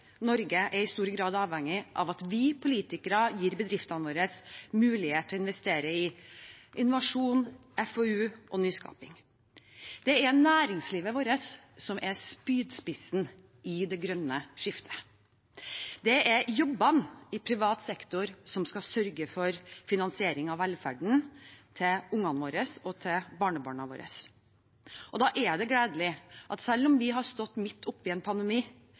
Norge er i stor grad avhengig av at vi politikere gir bedriftene våre mulighet til å investere i innovasjon, FoU og nyskaping. Det er næringslivet vårt som er spydspissen i det grønne skiftet. Det er jobbene i privat sektor som skal sørge for finansieringen av velferden til ungene våre og til barnebarna våre. Da er det gledelig at selv om vi har stått midt oppe i en pandemi,